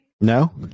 No